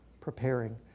preparing